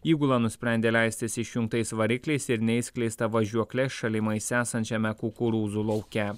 įgula nusprendė leistis išjungtais varikliais ir neišskleista važiuokle šalimais esančiame kukurūzų lauke